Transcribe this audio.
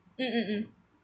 mm mm mm